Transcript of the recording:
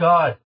God